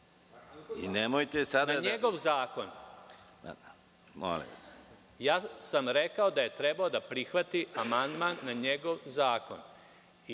Veselinović** Na njegov zakon. Ja sam rekao da je trebalo da prihvati amandman na njegov zakon.